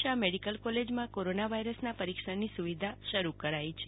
Shah medical કોલેજમાં corona વાયરસના પરિક્ષણની સુવિધા શરૂ કરાઈ છે